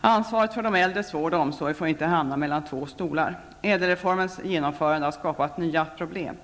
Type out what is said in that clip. Ansvaret för de äldres vård och omsorg får inte hamna mellan två stolar. ÄDEL-reformens genomförande har skapat nya problem.